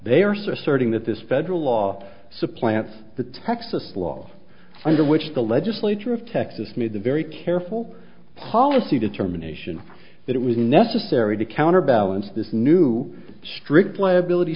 certain that this federal law supplants the texas law under which the legislature of texas made a very careful policy determination that it was necessary to counterbalance this new strict liability